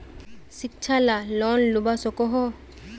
शिक्षा ला लोन लुबा सकोहो?